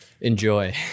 enjoy